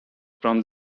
from